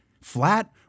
Flat